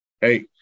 Hey